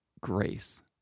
grace